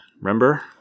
remember